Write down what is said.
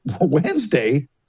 Wednesday